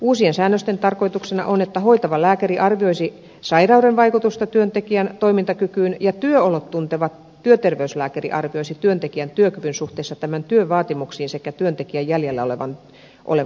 uusien säännösten tarkoituksena on että hoitava lääkäri arvioisi sairauden vaikutusta työntekijän toimintakykyyn ja työolot tunteva työterveyslääkäri arvioisi työntekijän työkyvyn suhteessa tämän työn vaatimuksiin sekä työntekijän jäljellä olevan työkyvyn